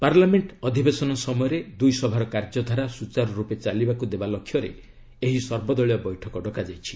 parliament ଅଧିବେଶନ ସମୟରେ ଦୁଇ ସଭାର କାର୍ଯ୍ୟଧାରା ସୁଚାରୁର୍ରପେ ଚାଲିବାକ୍ ଦେବା ଲକ୍ଷ୍ୟରେ ଏହି ସର୍ବଦଳୀୟ ବୈଠକ ଡକାଯାଇଛି